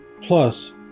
plus